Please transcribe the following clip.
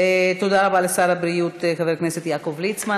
תודה רבה לשר הבריאות חבר הכנסת יעקב ליצמן.